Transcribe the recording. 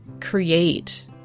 create